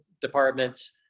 departments